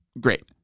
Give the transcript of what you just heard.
Great